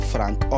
Frank